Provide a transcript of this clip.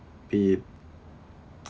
it